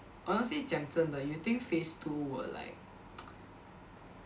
honestly 讲真的 you think phase two will like